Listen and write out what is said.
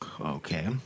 Okay